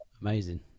amazing